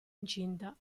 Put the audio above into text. incinta